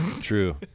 true